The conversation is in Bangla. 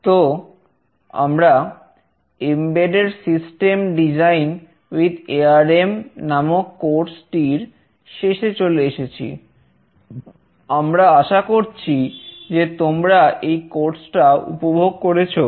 তো আমরা embedded system design with ARM টা উপভোগ করেছো